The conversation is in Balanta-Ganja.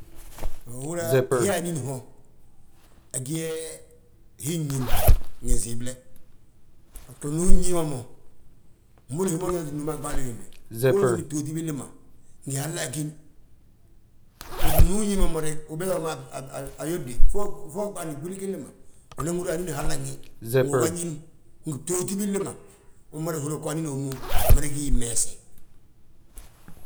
He uhúra he anín ho, agí yee hii gñín ngi nsiimble. Baso ndu uñín ma mo, mbolo hi ma ujangati núma a ɓaali wiinde, fo uñini btooti billi ma. Ngi halla agín, ndu uñín ma mo reg, ubiiŧa ma mo ayóbde, fo uɓaande gwili gilli m. Unan húri anín uwallan wi, ngi uga ñín, btooti billi ma, unmada húra anín hommu amada gí hii mmeese.